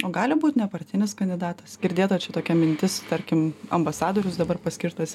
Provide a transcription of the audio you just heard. o gali būt nepartinis kandidatas girdėta čia tokia mintis tarkim ambasadorius dabar paskirtas